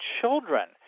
children